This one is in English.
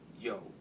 yo